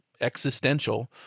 existential